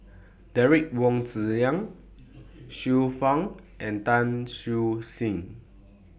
Derek Wong Zi Liang Xiu Fang and Tan Siew Sin